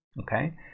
Okay